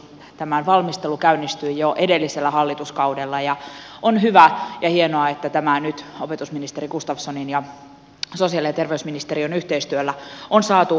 tämän valmistelu käynnistyi jo edellisellä hallituskaudella ja on hyvä ja hienoa että tämä nyt opetusministeri gustafssonin ja sosiaali ja terveysministeriön yhteistyöllä on saatu valmiiksi